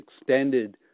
extended